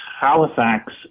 Halifax